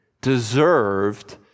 deserved